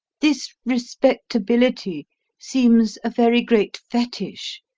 this respectability seems a very great fetich.